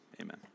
Amen